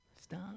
Stop